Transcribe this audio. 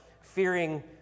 fearing